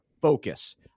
focus